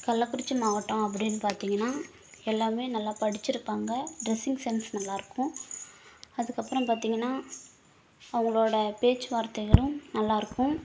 கள்ளக்குறிச்சி மாவட்டம் அப்படின்னு பார்த்தீங்கன்னா எல்லாமே நல்லா படிச்சுருப்பாங்க டிரெஸ்ஸிங் சென்ஸ் நல்லாயிருக்கும் அதுக்கப்புறோம் பார்த்தீங்கன்னா அவங்களோட பேச்சு வார்த்தைகளும் நல்லாயிருக்கும்